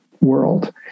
world